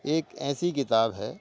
ایک ایسی کتاب ہے